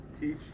Teach